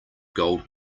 gold